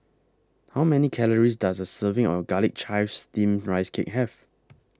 How Many Calories Does A Serving of Garlic Chives Steamed Rice Cake Have